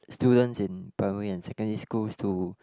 students in primary and secondary schools to